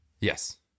Yes